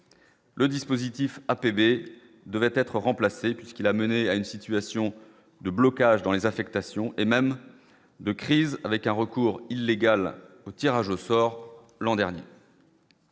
Le dispositif APB devait être remplacés puisqu'il a mené à une situation de blocage dans les affectations et même de crise avec un recours illégal au tirage au sort l'an dernier.